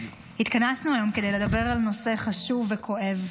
התכנסנו היום כדי לדבר על נושא חשוב וכואב,